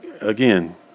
again